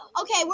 Okay